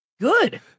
Good